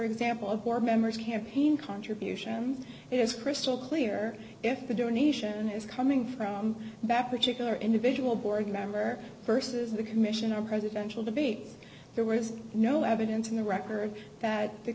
example of board members campaign contributions it is crystal clear if the donation is coming from back particular individual board member versus the commission on presidential debates there was no evidence in the record that the